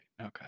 Okay